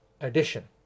addition